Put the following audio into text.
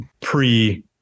pre